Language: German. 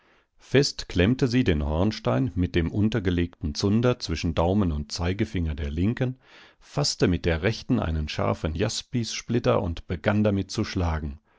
fest klemmte sie den hornstein mit dem untergelegten zunder zwischen daumen und zeigefinger der linken faßte mit der rechten einen scharfen jaspissplitter und begann damit zu schlagen